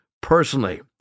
personally